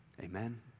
Amen